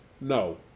No